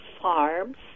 Farms